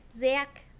Zach